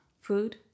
food